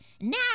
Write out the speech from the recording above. Now